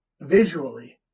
visually